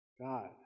God